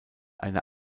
eine